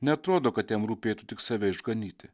neatrodo kad jam rūpėtų tik save išganyti